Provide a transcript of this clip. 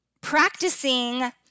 practicing